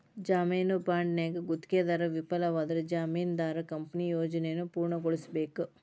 ಜಾಮೇನು ಬಾಂಡ್ನ್ಯಾಗ ಗುತ್ತಿಗೆದಾರ ವಿಫಲವಾದ್ರ ಜಾಮೇನದಾರ ಕಂಪನಿಯ ಯೋಜನೆಯನ್ನ ಪೂರ್ಣಗೊಳಿಸಬೇಕ